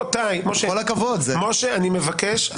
משה, אני מבקש.